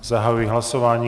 Zahajuji hlasování.